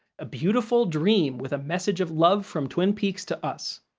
a beautiful dream with a message of love from twin peaks to us.